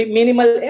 minimal